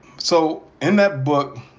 so in that book,